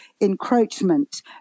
encroachment